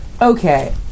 okay